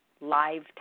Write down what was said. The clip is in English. live